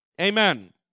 Amen